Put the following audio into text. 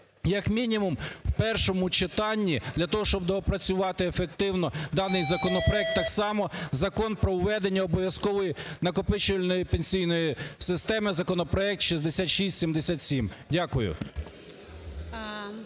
як мінімум, в першому читанні для того, щоб доопрацювати ефективно даний законопроект, так само Закон про введення обов'язкової накопичувальної пенсійної системи – законопроект 6677. Дякую.